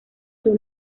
sus